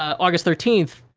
august thirteenth,